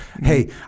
Hey